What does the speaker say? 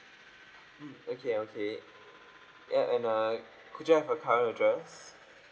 mm okay okay yup and uh could I have your current address